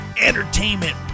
entertainment